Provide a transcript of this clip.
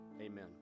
Amen